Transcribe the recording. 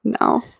No